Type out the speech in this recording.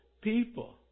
people